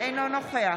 אינו נוכח